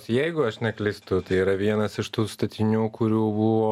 jeigu aš neklystu tai yra vienas iš tų statinių kurių buvo